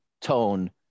tone